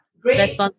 great